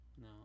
No